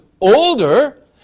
older